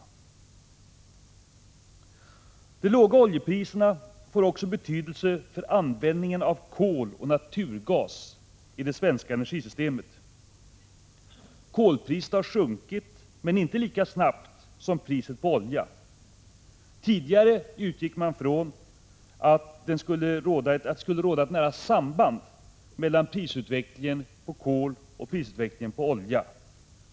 23 april 1986 De låga oljepriserna får också betydelse för användningen av kol och naturgas i det svenska energisystemet. Också kolpriset har sjunkit, men inte lika snabbt som priset på olja. Tidigare utgick man från att det skulle råda ett nära samband mellan priset på kol och priset på olja.